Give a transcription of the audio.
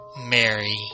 Mary